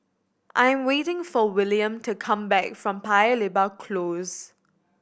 I'm waiting for William to come back from Paya Lebar Close